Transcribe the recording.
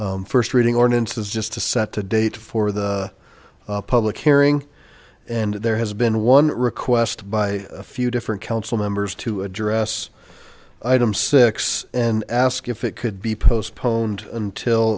non first reading ordinances just to set the date for the public hearing and there has been one request by a few different council members to address item six and ask if it could be postponed until